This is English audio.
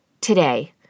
today